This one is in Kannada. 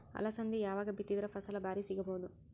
ಅಲಸಂದಿ ಯಾವಾಗ ಬಿತ್ತಿದರ ಫಸಲ ಭಾರಿ ಸಿಗಭೂದು?